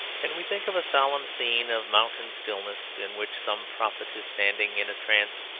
can we think of a solemn scene of mountain stillness in which some prophet is standing in a trance,